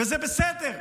וזה בסדר,